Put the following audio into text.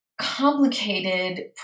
complicated